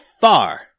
far